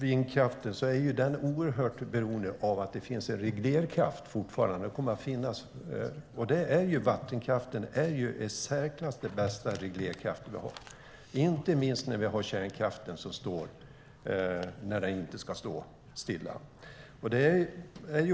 Vindkraften är oerhört beroende av att det fortfarande finns och kommer att finnas en reglerkraft, och vattenkraften är den i särklass bästa reglerkraft som vi har, inte minst när kärnkraften står stilla när den inte ska göra det.